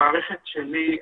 למרות שהחובה הסטטוטורית חלה על